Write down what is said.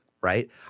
right